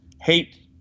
hate